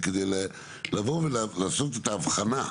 זה כדאי לבוא ולעשות את ההבחנה.